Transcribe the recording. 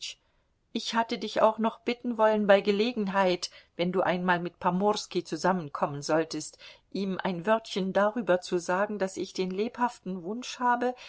ich hatte dich auch noch bitten wollen bei gelegenheit wenn du einmal mit pomorski zusammenkommen solltest ihm ein wörtchen darüber zu sagen daß ich den lebhaften wunsch habe